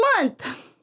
month